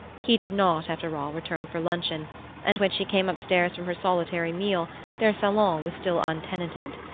he did not, after all, return for luncheon and when she came up-stairs from her solitary meal their salon was still untenanted.